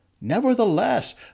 Nevertheless